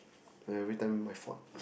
every time my fault